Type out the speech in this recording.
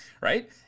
right